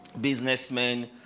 businessmen